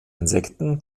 insekten